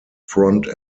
front